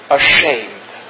ashamed